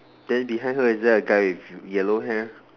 then behind her is there a guy with yellow hair